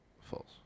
False